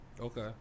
Okay